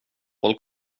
håll